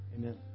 Amen